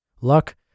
Luck